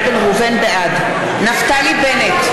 בעד נפתלי בנט,